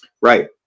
right